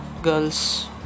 Girls